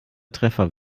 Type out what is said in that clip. treffer